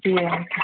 जी uncle